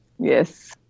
Yes